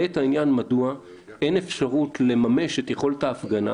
מדוע אין אפשרות לממש את יכולת ההפגנה